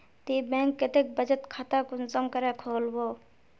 ती बैंक कतेक बचत खाता कुंसम करे खोलबो?